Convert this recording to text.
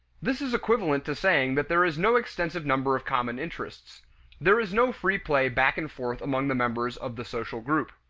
this is equivalent to saying that there is no extensive number of common interests there is no free play back and forth among the members of the social group.